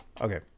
Okay